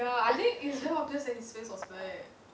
ya I think it's very obvious that his face was black